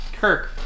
Kirk